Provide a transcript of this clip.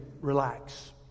relax